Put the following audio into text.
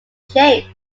shapes